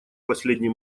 последний